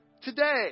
today